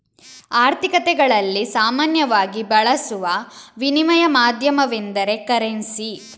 ಆರ್ಥಿಕತೆಗಳಲ್ಲಿ ಸಾಮಾನ್ಯವಾಗಿ ಬಳಸುವ ವಿನಿಮಯ ಮಾಧ್ಯಮವೆಂದರೆ ಕರೆನ್ಸಿ